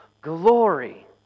glory